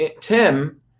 Tim